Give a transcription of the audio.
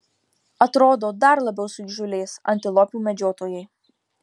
atrodo dar labiau suįžūlės antilopių medžiotojai